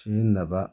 ꯁꯤꯖꯤꯟꯅꯕ